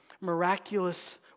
miraculous